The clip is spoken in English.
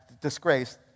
disgrace